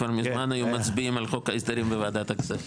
כבר מזמן היו מצביעים על חוק ההסדרים בוועדת הכספים,